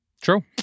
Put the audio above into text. true